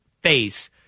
face